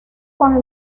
con